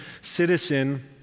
citizen